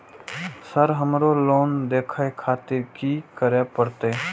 Sir हमरो loan देखें खातिर की करें परतें?